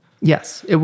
Yes